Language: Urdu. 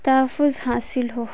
تحفظ حاصل ہو